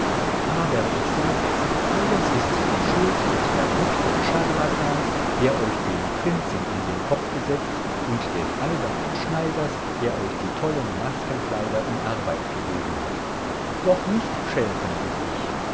aber ich sag es alles ist die schuld des verrückten charlatans der euch den prinzen in den kopf gesetzt und des albernen schneiders der euch die tollen maskenkleider in arbeit gegeben hat doch nicht schelten will ich